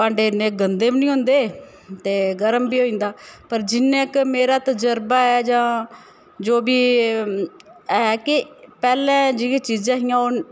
भांडे इन्ने गंदे बी नी होंदे ते गरम बी होई जंदा पर जिन्ना कि मेरा तजरबा ऐ जां जो बी ऐ कि पैह्ले जेह्ड़ियां चीज़ां हियां ओह्